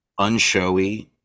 unshowy